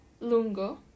Lungo